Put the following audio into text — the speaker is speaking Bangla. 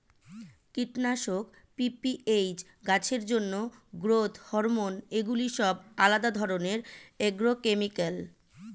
কীটনাশক, পি.পি.এইচ, গাছের জন্য গ্রোথ হরমোন এগুলি সব আলাদা ধরণের অ্যাগ্রোকেমিক্যাল